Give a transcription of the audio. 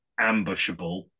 ambushable